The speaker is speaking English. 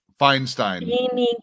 Feinstein